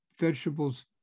vegetables